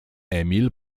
emil